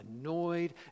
annoyed